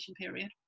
period